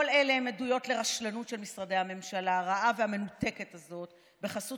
כל אלה הן עדויות לרשלנות של משרדי הממשלה הרעה והמנותקת הזו בחסות